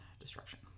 destruction